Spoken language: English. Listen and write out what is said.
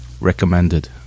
recommended